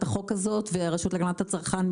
והרשות להגנת הצרכן,